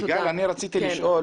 סיגל, אני רציתי לשאול